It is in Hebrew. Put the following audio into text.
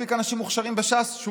אין מספיק אנשים מוכשרים בש"ס שהוא